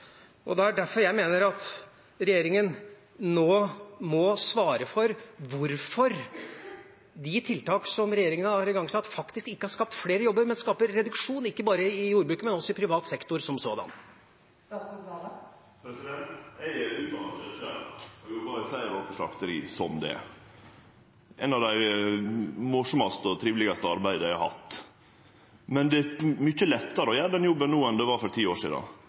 Det er derfor jeg mener at regjeringa nå må svare for hvorfor de tiltak som regjeringa har igangsatt, faktisk ikke har skapt flere jobber, men skaper reduksjon, ikke bare i jordbruket, men også i privat sektor som sådan. Eg er utdanna kjøttskjerar og jobba i fleire år på slakteri som det. Det var ein av dei morosamaste og trivelegaste jobbane eg har hatt. Men det er mykje lettare å gjere den jobben no enn det var for ti år sidan,